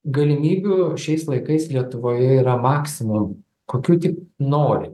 galimybių šiais laikais lietuvoje yra maksimum kokių tik nori